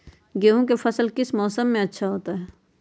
गेंहू का फसल किस मौसम में अच्छा होता है?